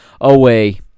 away